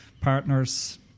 partners